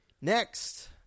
next